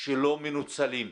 שלא מנוצלים,